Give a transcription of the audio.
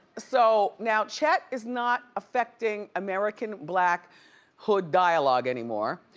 so now chet is not affecting american black hood dialog anymore.